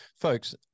folks